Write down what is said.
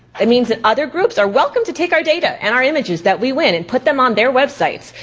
it means that other groups are welcome to take our data and our images that we win and put them on their websites,